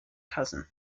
cousin